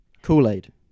Kool-Aid